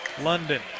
London